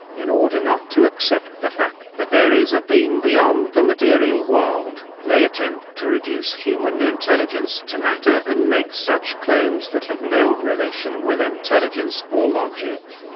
in order not to accept the fact that there is a being beyond the material world, they attempt to reduce human intelligence to matter and make such claims that have no relation with intelligence or logic.